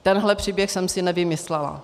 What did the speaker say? Tenhle příběh jsem si nevymyslela.